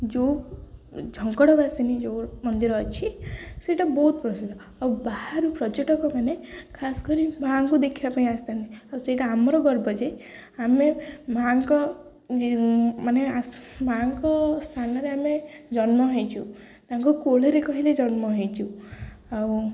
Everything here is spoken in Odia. ଯୋଉ ଝଙ୍କଡ଼ବାସିନୀ ଯୋଉ ମନ୍ଦିର ଅଛି ସେଇଟା ବହୁତ ପ୍ରସିଦ୍ଧ ଆଉ ବାହାରୁ ପର୍ଯ୍ୟଟକମାନେ ଖାସ କରି ମାଙ୍କୁ ଦେଖିବା ପାଇଁ ଆସିଥାନ୍ତି ଆଉ ସେଇଟା ଆମର ଗର୍ବ ଯେ ଆମେ ମାଙ୍କ ମାନେ ମାଙ୍କ ସ୍ଥାନରେ ଆମେ ଜନ୍ମ ହୋଇଛୁ ତାଙ୍କୁ କୋଳରେ କହିଲେ ଜନ୍ମ ହୋଇଛୁ ଆଉ